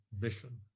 mission